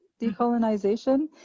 decolonization